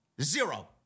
Zero